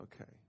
okay